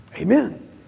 Amen